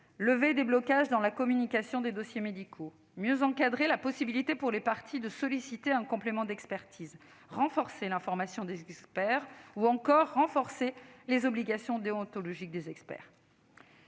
lever les blocages dans la communication des dossiers médicaux ; mieux encadrer la possibilité pour les parties de solliciter un complément d'expertise ; renforcer l'information des experts ; ou encore renforcer les obligations déontologiques de ces